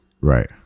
right